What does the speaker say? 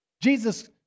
Jesus